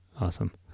Awesome